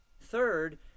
Third